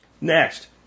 Next